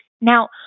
Now